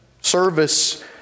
Service